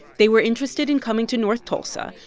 they were interested in coming to north tulsa,